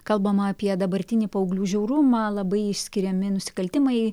kalbama apie dabartinį paauglių žiaurumą labai išskiriami nusikaltimai